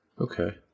Okay